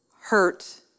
Hurt